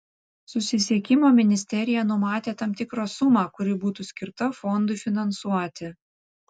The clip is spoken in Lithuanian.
susisiekimo ministerija numatė tam tikrą sumą kuri būtų skirta fondui finansuoti